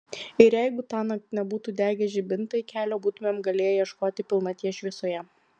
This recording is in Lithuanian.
ir jeigu tąnakt nebūtų degę žibintai kelio būtumėme galėję ieškoti pilnaties šviesoje